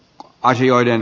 asioiden